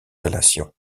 relation